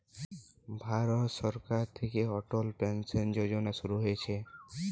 ভারত সরকার থিকে অটল পেনসন যোজনা শুরু হইছে